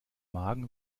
magen